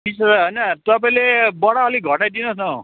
तिस हजार होइन तपाईँले बडा अलिक घटाइ दिनुहोस् न हौ